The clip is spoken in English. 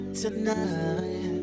tonight